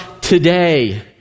today